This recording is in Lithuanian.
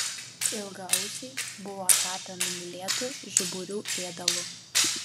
ilgaausiai buvo tapę numylėtu žiburių ėdalu